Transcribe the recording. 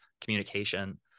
communication